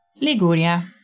Liguria